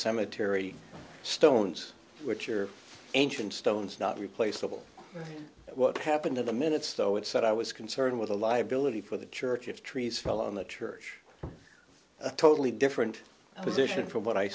cemetery stones which are ancient stones not replaceable but what happened in the minutes though it's that i was concerned with the liability for the church if trees fell on the church a totally different position from what i